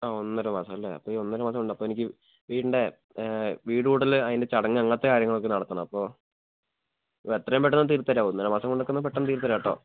ആ ഒന്നര മാസാം അല്ലെ അപ്പോൾ ഈ ഒന്നര മാസം കൊണ്ട് അപ്പോൾ എനിക്ക് വീടിൻ്റെ വീട് കൂടൽ അതിൻ്റെ ചടങ്ങ് അങ്ങനത്തെ കാര്യങ്ങളൊക്കെ നടത്തണം അപ്പോൾ എത്രയും പെട്ടന്ന് തീർത്തുതരാമോ ഒന്നരമാസം കൊണ്ടൊക്കെയെന്ന് പെട്ടെന്ന് തീർത്തു തരാം കേട്ടോ